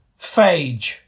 Phage